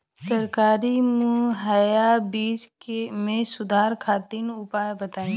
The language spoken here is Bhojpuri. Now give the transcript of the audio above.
सरकारी मुहैया बीज में सुधार खातिर उपाय बताई?